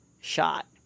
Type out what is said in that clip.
shot